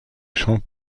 chant